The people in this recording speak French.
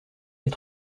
est